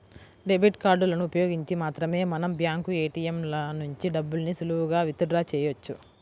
debit కార్డులను ఉపయోగించి మాత్రమే మనం బ్యాంకు ఏ.టీ.యం ల నుంచి డబ్బుల్ని సులువుగా విత్ డ్రా చెయ్యొచ్చు